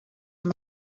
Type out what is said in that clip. mans